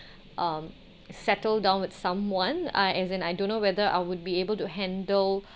um settled down with someone I as in I don't know whether I would be able to handle